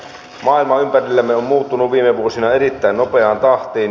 maailma ympärillämme on muuttunut viime vuosina erittäin nopeaan tahtiin